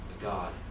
God